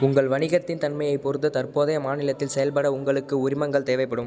உங்கள் வணிகத்தின் தன்மையைப் பொறுத்து தற்போதைய மாநிலத்தில் செயல்பட உங்களுக்கு உரிமங்கள் தேவைப்படும்